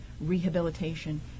rehabilitation